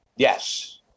Yes